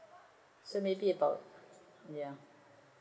so maybe about ya